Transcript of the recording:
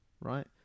right